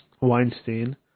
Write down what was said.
Weinstein